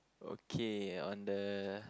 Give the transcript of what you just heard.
okay on the